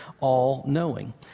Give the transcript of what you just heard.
all-knowing